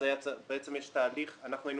אנחנו היינו